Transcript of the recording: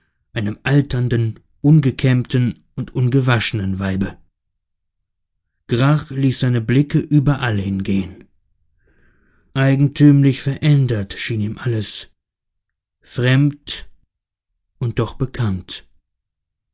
einem alternden ungekämmten und ungewaschenen weibe grach ließ seine blicke überall hin gehen eigentümlich verändert schien ihm alles fremd und doch bekannt